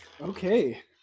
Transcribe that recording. Okay